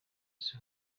isi